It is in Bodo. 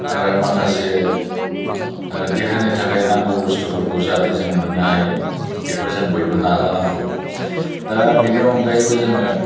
आरो माखासे देहानि थाखाय नांगौ बुस्थुफोरखौ जाहाथे जों मोननो हायो बेखौ जों बयबो नाजा नांगौ दा बिनि अनगायैबो जोङो